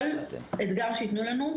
כל אתגר שיתנו לנו,